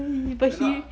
you're not